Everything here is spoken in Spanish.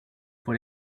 por